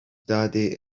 daddy